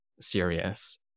serious